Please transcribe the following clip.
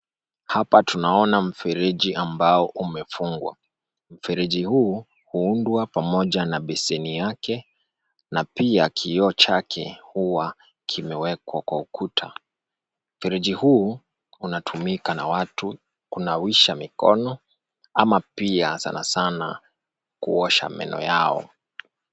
Hapa tunaona mfereji ambao umefungwa. Mfereji huu huundwa pamoja na beseni yake na pia kioo chake huwa kimewekwa kwa ukuta. Mfereji huu unatumika na watu kunawisha mikono ama pia sana, sana kuosha meno yao.